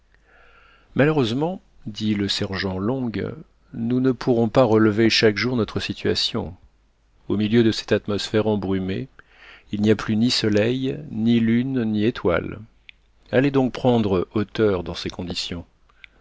malheureusement dit le sergent long nous ne pourrons pas relever chaque jour notre situation au milieu de cette atmosphère embrumée il n'y a plus ni soleil ni lune ni étoiles allez donc prendre hauteur dans ces conditions